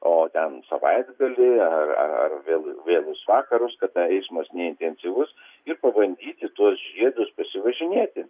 o ten savaitgalį ar ar vėl vėlus vakarus kada eismas neintensyvus ir pabandyti tuos žiedus pasivažinėti